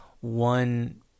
one